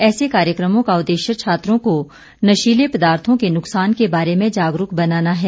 ऐसे कार्यक्रमों का उद्देश्य छात्रों को नशीले पदार्थों के नुकसान के बारे में जागरूक बनाना है